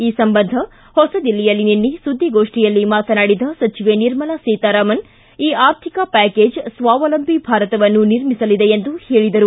ಈ ಸಂಬಂಧ ಹೊಸದಿಲ್ಲಿಯಲ್ಲಿ ನಿನ್ನೆ ಸುದ್ದಿಗೋಷ್ಠಿಯಲ್ಲಿ ಮಾತನಾಡಿದ ಸಚಿವೆ ನಿರ್ಮಲಾ ಸೀತಾರಾಮನ್ ಈ ಆರ್ಥಿಕ ಪ್ಯಾಕೇಜ್ ಸ್ವಾವಲಂಬಿ ಭಾರತವನ್ನು ನಿರ್ಮಿಸಲಿದೆ ಎಂದು ಹೇಳಿದರು